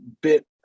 bit